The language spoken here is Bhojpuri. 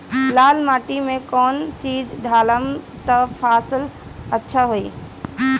लाल माटी मे कौन चिज ढालाम त फासल अच्छा होई?